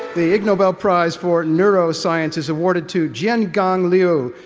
the ig nobel prize for neuroscience is awarded to jiangang liu,